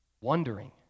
Wondering